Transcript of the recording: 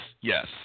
yes